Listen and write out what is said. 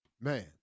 Man